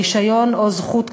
רישיון או זכות כלשהי.